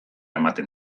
ematen